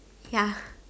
ya